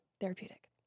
therapeutic